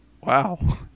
Wow